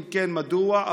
2. אם כן, מדוע?